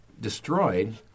destroyed